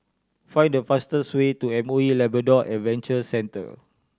find the fastest way to M O E Labrador Adventure Centre